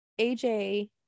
AJ